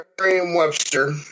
Merriam-Webster